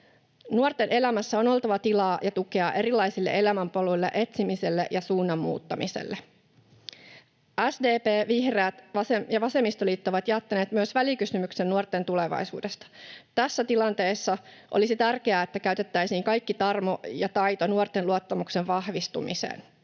Nuorten elämässä on oltava tilaa ja tukea erilaisille elämänpoluille, etsimiselle ja suunnan muuttamiselle. SDP, vihreät ja vasemmistoliitto ovat jättäneet myös välikysymyksen nuorten tulevaisuudesta. Tässä tilanteessa olisi tärkeää, että käytettäisiin kaikki tarmo ja taito nuorten luottamuksen vahvistumiseen.